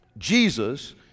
Jesus